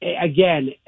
again